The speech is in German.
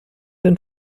den